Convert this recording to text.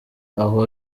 aho